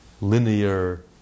linear